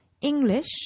English